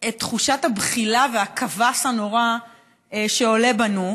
את תחושת הבחילה והקבס הנורא שעולה בנו.